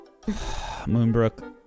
Moonbrook